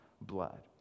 blood